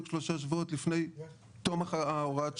שלושה שבועות לפני תום הוראת השעה?